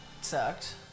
sucked